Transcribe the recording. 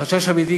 החשש האמיתי,